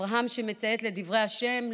אברהם מציית לדברי השם,